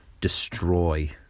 destroy